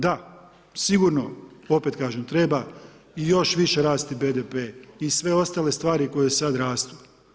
Da, sigurno, opet kažem treba i još više rasti BDP-e i sve ostale stvari koje sada rastu.